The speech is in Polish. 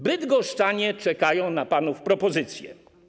Bydgoszczanie czekają na panów propozycje.